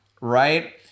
right